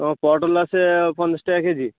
ও পটল আছে পঞ্চাশ টাকা কেজি